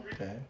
Okay